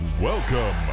Welcome